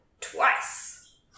twice